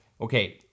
Okay